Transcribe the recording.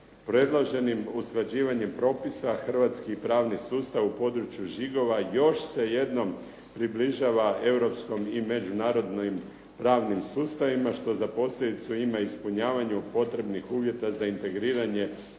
Predloženim usklađivanjem propisa hrvatski pravni sustav u području žigova još se jednom približava europskom i međunarodnim pravnim sustavima, što za posljedicu ima ispunjavanje potrebnih uvjeta za integriranje